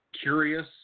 curious